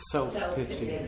Self-pity